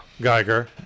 geiger